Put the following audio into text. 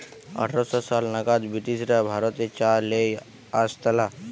আঠার শ সাল নাগাদ ব্রিটিশরা ভারতে চা লেই আসতালা